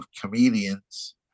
comedians